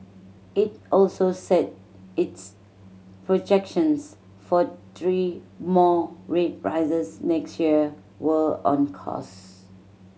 it also said its projections for three more rate rises next year were on course